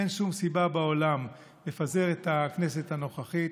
אין שום סיבה בעולם לפזר את הכנסת הנוכחית.